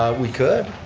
we could.